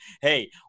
Hey